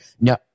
No